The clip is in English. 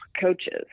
coaches